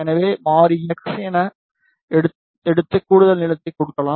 எனவே மாறி x ஐ எடுத்து கூடுதல் நீளத்தை கொடுக்கலாம்